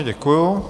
Děkuju.